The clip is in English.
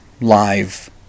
live